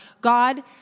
God